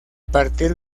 partir